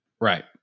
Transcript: Right